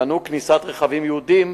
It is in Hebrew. שמנעו כניסת רכבי יהודים